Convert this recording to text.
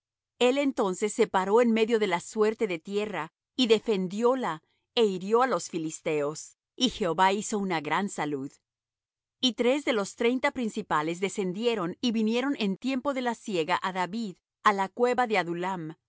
el entonces se paró en medio de la suerte de tierra y defendióla é hirió á los filisteos y jehová hizo una gran salud y tres de los treinta principales descendieron y vinieron en tiempo de la siega á david á la cueva de adullam